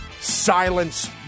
silence